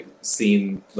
seen